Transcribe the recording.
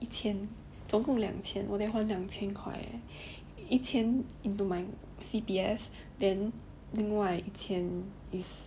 一千总共两千我得还两千块 leh 一千 into my C_P_F then 另外一千 is